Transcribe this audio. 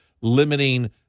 limiting